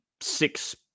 six